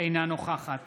אינה נוכחת